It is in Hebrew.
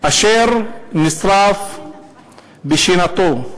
אשר נשרף בשנתו.